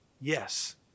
yes